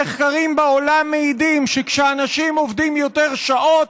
המחקרים בעולם מעידים שכשאנשים עובדים יותר שעות,